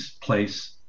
place